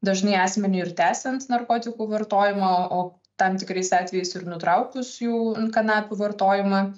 dažnai asmeniui ir tęsiant narkotikų vartojimą o tam tikrais atvejais ir nutraukus jų kanapių vartojimą